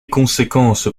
conséquences